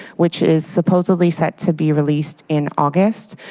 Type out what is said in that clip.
which is supposedly set to be released in august.